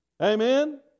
Amen